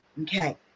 Okay